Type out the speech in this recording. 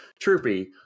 Troopy